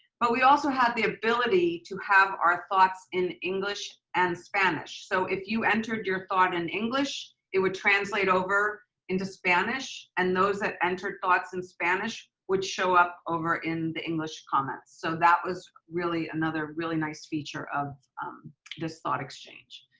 but we also had the ability to have our thoughts in english and spanish. so if you entered your thought in english, it would translate over into spanish and those that entered thoughts in spanish would show up over in the english comments. so that was really another really nice feature of this thought exchange.